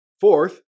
fourth